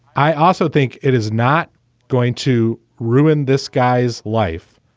i also think it is not going to ruin this guy's life.